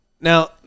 Now